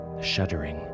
shuddering